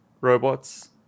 robots